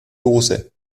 dose